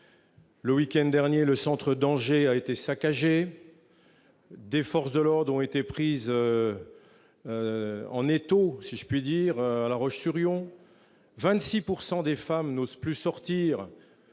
Le week-end dernier, le centre-ville d'Angers a été saccagé ; les forces de l'ordre ont été prises en étau, si je puis dire, à La Roche-sur-Yon ; 26 % des femmes n'osent plus sortir,